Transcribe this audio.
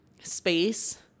space